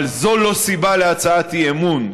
אבל זו לא סיבה להצעת אי-אמון,